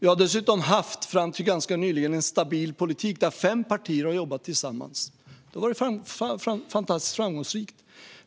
Vi har dessutom haft, fram till ganska nyligen, en stabil politik där fem partier har jobbat tillsammans. Det har varit fantastiskt framgångsrikt.